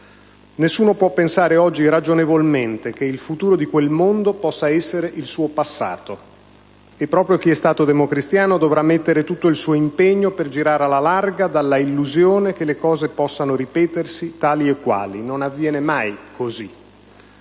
nessuno può pensare, ragionevolmente, che il futuro di quel mondo possa essere il suo passato. Proprio chi è stato democristiano dovrà mettere tutto il suo impegno per girare alla larga dall'illusione che le cose possano ripetersi tali e quali: non avviene mai così.